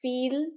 Feel